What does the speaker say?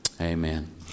Amen